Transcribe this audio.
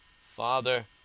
Father